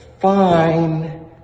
fine